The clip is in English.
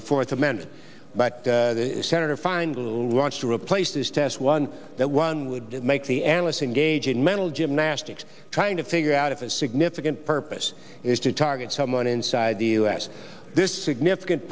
the fourth amendment but senator find little wants to replace this test one that one would make the analysts engage in mental gymnastics trying to figure out if a significant purpose is to target someone inside the u s this significant